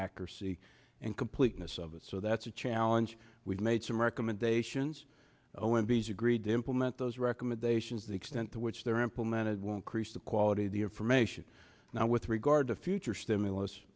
accuracy and completeness of it so that's a challenge we've made some recommendations when these agreed to implement those recommendations the extent to which they're implemented won't crease the quality of the information now with regard to future stimulus